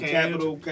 Capital